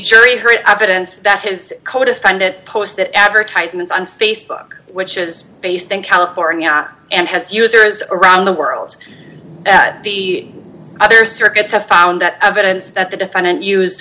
heard evidence that his codefendant posted advertisements on facebook which is based in california and has users around the world the other circuits have found that evidence that the defendant use